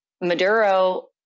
Maduro